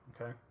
okay